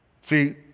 See